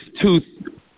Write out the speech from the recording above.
tooth